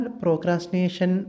procrastination